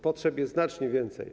Potrzeb jest znacznie więcej.